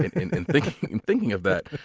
in and thinking in thinking of that.